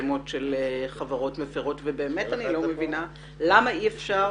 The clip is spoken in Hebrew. שמות של חברות מפרות ובאמת אני לא מבינה למה אי-אפשר